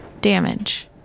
damage